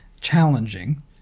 challenging